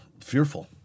fearful